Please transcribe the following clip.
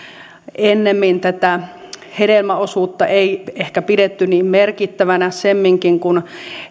tätä hedelmäosuutta ei ehkä pidetty niin merkittävänä semminkin kun